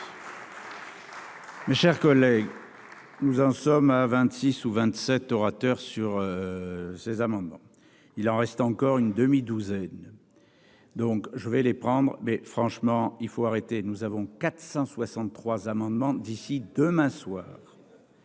Mes chers collègues. Nous en sommes à 26 ou 27 orateur sur ces amendements, il en reste encore une demi-douzaine, donc je vais les prendre mais franchement il faut arrêter, nous avons 463 amendements d'ici demain soir.